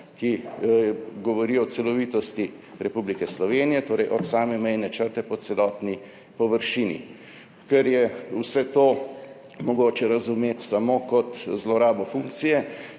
ki govori o celovitosti Republike Slovenije, torej od same mejne črte po celotni površini. Ker je vse to mogoče razumeti samo kot zlorabo funkcije